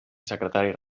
secretaris